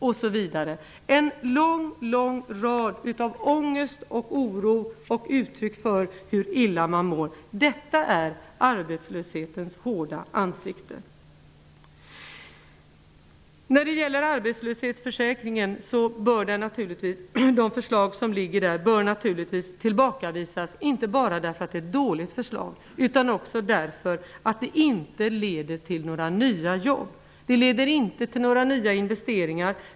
Det är en lång lång rad av ångest, oro och uttryck för hur illa man mår. Detta är arbetslöshetens hårda ansikte. Det förslag som finns vad gäller arbetslöshetsförsäkringen bör naturligtvis tillbakavisas inte bara därför att det är ett dåligt förslag, utan också därför att det inte leder till några nya jobb. Det leder inte till några nya investeringar.